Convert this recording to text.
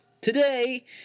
today